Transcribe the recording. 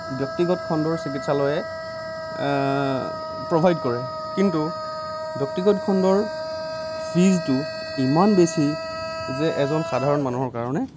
ব্য়ক্তিগত খণ্ডৰ চিকিৎসালয়ে প্ৰভাইড কৰে কিন্তু ব্য়ক্তিগত খণ্ডৰ ফীজটো ইমান বেছি যে এজন সাধাৰণ মানুহৰ কাৰণে